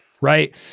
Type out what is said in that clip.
right